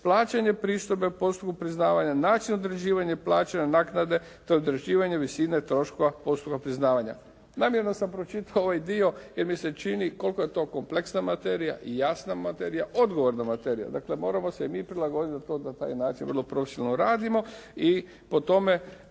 plaćanje pristojbe u postupku priznavanja, način određivanja i plaćanje naknade te određivanje visine troškova postupka priznavanja. Namjerno sam pročitao ovaj dio jer mi se čini koliko je to kompleksna materija i jasna materija, odgovorna materija. Dakle moramo se i mi prilagoditi da to da na taj način vrlo profesionalno radimo i po tome